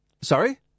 Sorry